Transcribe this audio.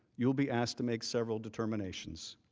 you will be asked to make several determinations.